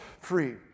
free